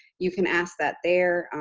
you can ask that there.